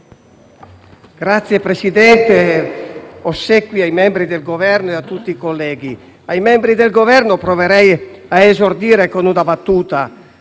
Signor Presidente, ossequi ai membri del Governo e a tutti i colleghi. Con i membri del Governo proverei a esordire con una battuta: